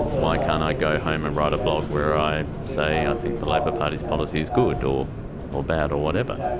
why can't i go home and write a blog where i say i think the labor party's policy is good or or bad or whatever.